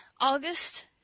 August